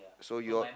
so your